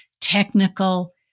technical